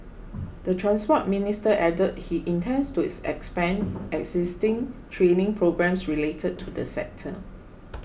the Transport Minister added he intends to expand existing training programmes related to the sector